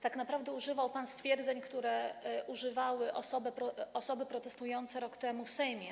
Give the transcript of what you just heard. Tak naprawdę używał pan stwierdzeń, których używały osoby protestujące rok temu w Sejmie.